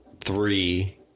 three